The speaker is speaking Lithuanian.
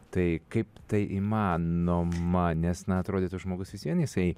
tai kaip tai įmanoma nes na atrodytų žmogus vis vien jisai